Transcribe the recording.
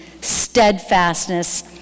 steadfastness